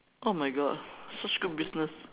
oh my god such good business